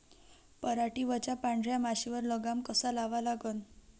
पराटीवरच्या पांढऱ्या माशीवर लगाम कसा लावा लागन?